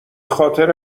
خاطر